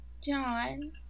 John